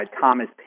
Thomas